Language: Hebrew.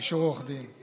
אישור עורך דין.